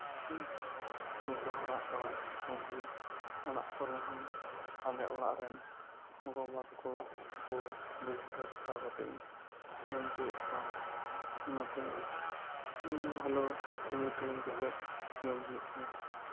ᱩᱱᱠᱩ ᱠᱚ ᱦᱟᱨᱟᱜᱼᱟ ᱢᱚᱡᱽ ᱜᱮ ᱚᱲᱟᱜ ᱠᱚᱨᱮ ᱦᱚᱸ ᱟᱞᱮ ᱚᱲᱟᱜ ᱨᱮᱱ ᱜᱚᱼᱵᱟᱵᱟ ᱛᱟᱠᱚ ᱠᱚ ᱵᱟᱹᱭᱦᱟᱹᱲ ᱨᱮ ᱠᱷᱟᱴᱟᱣ ᱠᱟᱛᱮ ᱤᱧ ᱡᱚᱢ ᱚᱪᱚᱭᱮᱫ ᱠᱚᱣᱟ ᱱᱚᱛᱮ ᱠᱟᱛᱮ ᱡᱚᱢ ᱦᱩᱭᱩᱜ ᱠᱟᱱᱟ